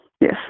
Yes